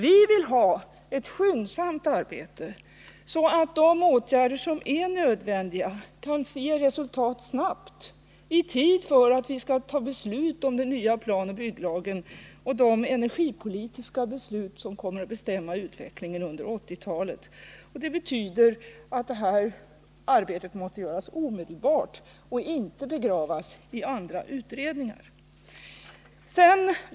Vi vill ha ett skyndsamt arbete, så att de åtgärder som är nödvändiga kan ge resultat snabbt, i god tid före den tidpunkt då vi skall kunna fatta beslut om den nya planoch bygglagen och de energipolitiska riktlinjer som kommer att bestämma utvecklingen under 1980-talet. Det betyder att detta arbete måste göras omedelbart och inte begravas i andra utredningar.